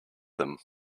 them